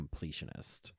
completionist